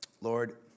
Lord